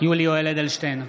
יולי יואל אדלשטיין,